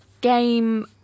game